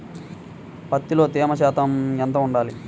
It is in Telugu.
పత్తిలో తేమ శాతం ఎంత ఉండాలి?